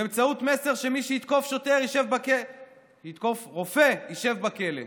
באמצעות מסר שמי שיתקוף רופא ישב בכלא.